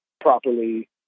properly